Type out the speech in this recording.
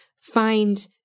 find